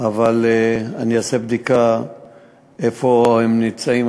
אבל אני אעשה בדיקה איפה הם נמצאים.